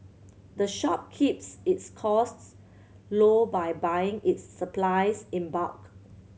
the shop keeps its costs low by buying its supplies in bulk